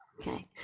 Okay